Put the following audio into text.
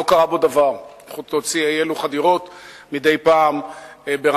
לא קרה בו דבר להוציא אי-אלו חדירות מדי פעם ברמת-הגולן,